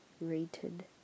rated